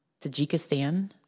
Tajikistan